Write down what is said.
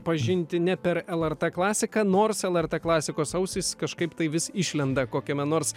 pažinti ne per lrt klasiką nors lrt klasikos ausys kažkaip tai vis išlenda kokiame nors